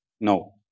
No